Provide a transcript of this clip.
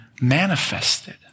manifested